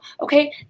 okay